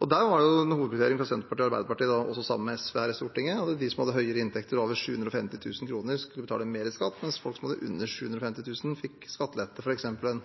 En hovedprioritering fra Senterpartiet og Arbeiderpartiet, også sammen med SV her i Stortinget, var at de som har høyere inntekter, over 750 000 kr, skulle betale mer skatt, mens folk som hadde under 750 000 kr fikk skattelette, f.eks. at en